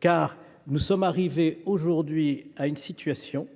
car nous sommes arrivés à une situation